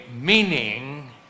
meaning